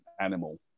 animal